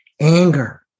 anger